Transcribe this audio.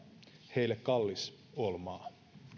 heille kallis ol maa